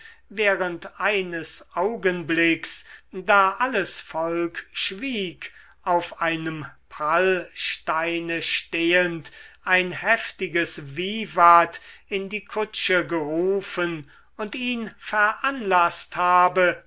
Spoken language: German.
während eines augenblicks da alles volk schwieg auf einem prallsteine stehend ein heftiges vivat in die kutsche gerufen und ihn veranlaßt habe